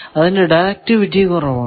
അതിന്റെ ഡയറക്ടിവിറ്റി കുറവാണ്